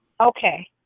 Okay